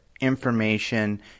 information